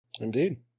Indeed